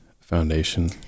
foundation